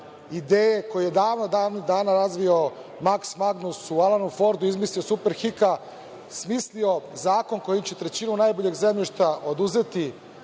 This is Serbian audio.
ideje koju je davnih dana razvio Maks Magnus u Alanu Fordu, izmislio Superhika, smislio zakon koji će trećinu najboljeg zemljišta oduzeti